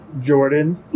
Jordan